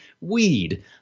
weed